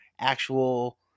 actual